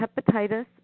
hepatitis